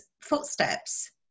footsteps